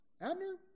Abner